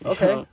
Okay